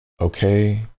okay